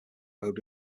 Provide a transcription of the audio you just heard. road